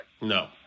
no